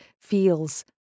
feels